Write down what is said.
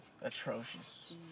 atrocious